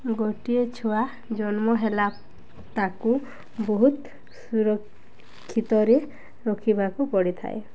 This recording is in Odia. ଗୋଟିଏ ଛୁଆ ଜନ୍ମ ହେଲା ତାକୁ ବହୁତ ସୁରକ୍ଷିତରେ ରଖିବାକୁ ପଡ଼ିଥାଏ